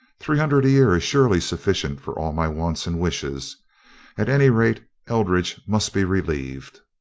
three hundred a year is surely sufficient for all my wants and wishes at any rate eldridge must be relieved.